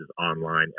online